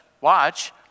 watch